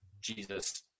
Jesus